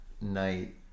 night